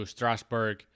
Strasbourg